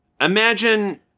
imagine